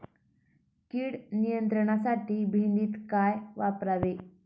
कीड नियंत्रणासाठी भेंडीत काय वापरावे?